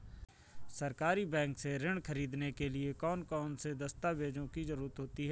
सहकारी बैंक से ऋण ख़रीदने के लिए कौन कौन से दस्तावेजों की ज़रुरत होती है?